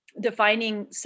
defining